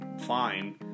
Fine